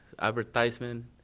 advertisement